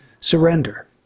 Surrender